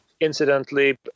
incidentally